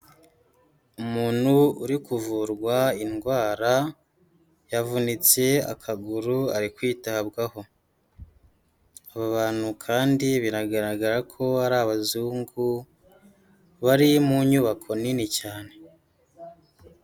Umuntu uri kuvurwa indwara yavunitse akaguru ari kwitabwaho, aba bantu kandi biragaragara ko ari abazungu bari mu nyubako nini cyane.